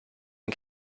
den